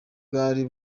bwari